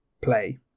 play